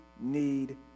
need